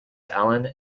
allen